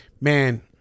man